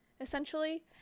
essentially